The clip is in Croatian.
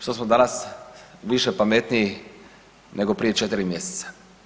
Što smo danas više pametniji nego prije 4 mjeseca?